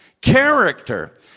Character